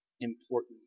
important